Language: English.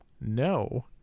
No